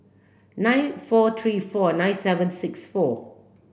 nine four three four nine seven six four